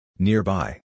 Nearby